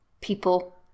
people